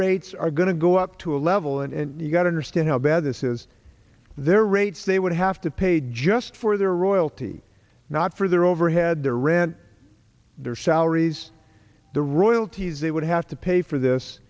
rates are going to go up to a level and you've got understand how bad this is their rates they would have to pay just for their royalty not for their overhead their rent their salaries the royalties they would have to pay for this